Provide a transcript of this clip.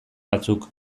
batzuk